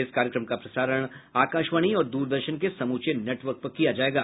इस कार्यक्रम का प्रसारण आकाशवाणी और दूरदर्शन के समूचे नेटवर्क पर किया जायेगा